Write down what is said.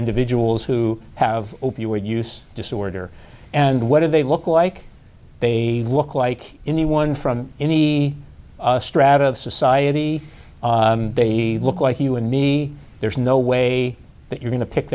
individuals who have opioid use disorder and what do they look like they look like anyone from any strata of society they look like you and me there's no way that you're going to pick